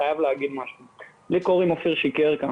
קוראים לי אופיר שיקרקה,